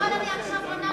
אני עכשיו עונה.